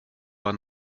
war